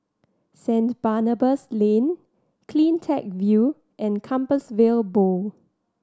Saint Barnabas Lane Cleantech View and Compassvale Bow